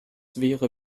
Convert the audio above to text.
wäre